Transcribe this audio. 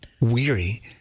weary